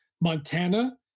Montana